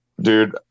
dude